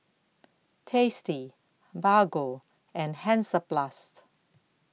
tasty Bargo and Hansaplast